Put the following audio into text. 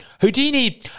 Houdini